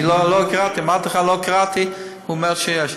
אני אמרתי לך שלא קראתי והוא אומר שיש,